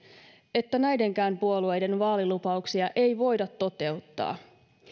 että näidenkään puolueiden vaalilupauksia ei voida toteuttaa